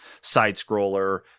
side-scroller